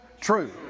True